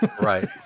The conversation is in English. right